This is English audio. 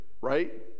right